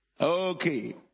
Okay